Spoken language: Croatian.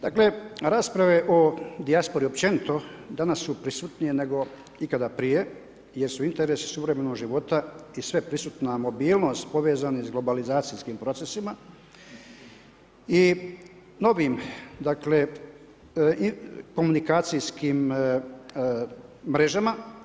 Dakle, rasprave o dijaspori općenito danas su prisutnije nego ikada prije jer su interesi suvremenog života i sve prisutna mobilnost povezani s globalizacijskim procesima i novim komunikacijskim mrežama.